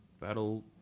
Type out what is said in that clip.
Battle